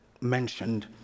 mentioned